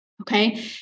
Okay